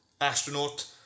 astronaut